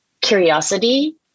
curiosity